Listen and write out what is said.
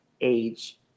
age